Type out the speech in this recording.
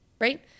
right